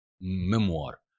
Memoir